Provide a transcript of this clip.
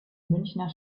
münchner